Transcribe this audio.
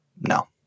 no